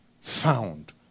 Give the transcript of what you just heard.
found